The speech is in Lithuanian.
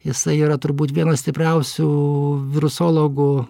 jisai yra turbūt vienas stipriausių virusologų